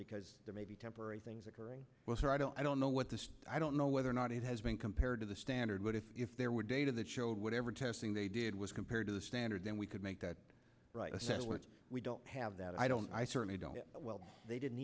because there may be temporary things occurring was there i don't i don't know what the i don't know whether or not it has been compared to the standard but if if there were data that showed whatever testing they did was compared to the standard then we could make that right of center which we don't have that i don't i certainly don't well they didn't